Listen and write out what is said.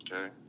okay